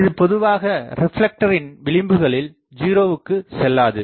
இது பொதுவாக ரிப்லெக்டரின் விளிம்புகளில் 0 க்கு செல்லாது